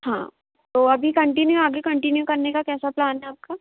हाँ तो अभी कन्टिन्यू आगे कन्टिन्यू करने का कैसा प्लान है आपका